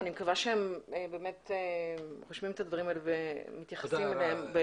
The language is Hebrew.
אני מקווה שהם רושמים את הדברים האלה ומתייחסים אליהם.